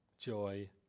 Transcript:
joy